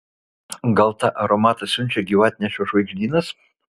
gal tą aromatą siunčia gyvatnešio žvaigždynas